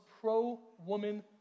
pro-woman